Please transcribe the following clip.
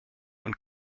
und